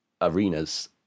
arenas